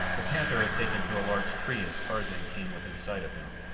the panther had taken to a large tree as tarzan came within sight of him,